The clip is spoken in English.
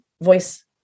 voice